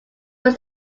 was